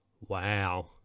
wow